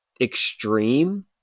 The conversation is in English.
Extreme